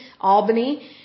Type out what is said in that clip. Albany